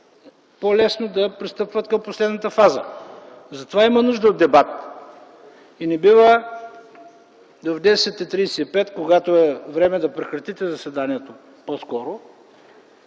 по-лесно да пристъпват към последната фаза. Затова има нужда от дебати и не бива в 10,35 ч., когато е време да прекратите заседанието по-скоро